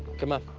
come on,